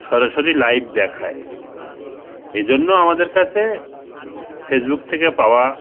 সরাসরি লাইভ দেখায় এজন্য আমাদের কাছে ফেসবুক থেকে পাওয়া